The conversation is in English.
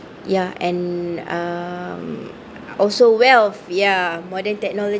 ya and um also wealth ya modern technolo~